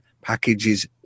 package's